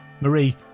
Marie